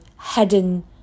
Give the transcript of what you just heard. hidden